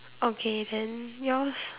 okay then yours